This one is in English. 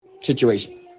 situation